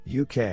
UK